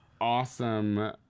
awesome